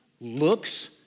looks